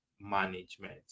Management